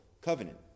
covenant